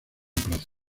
plazo